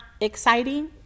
exciting